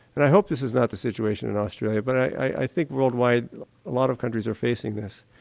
and i hope this is not the situation in australia but i think worldwide a lot of countries are facing this.